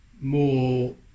more